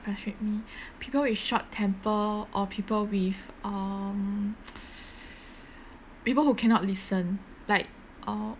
frustrate me people with short temper or people with um people who cannot listen like uh